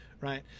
right